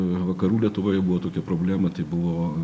vakarų lietuvoj buvo tokia problema tai buvo